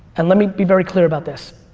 and let me be very clear about this.